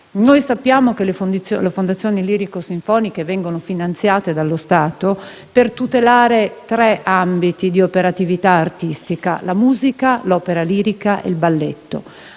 Noi sappiamo che le fondazioni lirico-sinfoniche vengono finanziate dallo Stato per tutelare tre ambiti di operatività artistica: la musica, l'opera lirica e il balletto.